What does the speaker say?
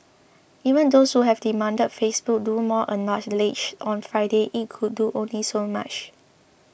even those who have demanded Facebook do more acknowledged on Friday it could do only so much